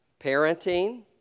parenting